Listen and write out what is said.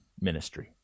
ministry